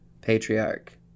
Patriarch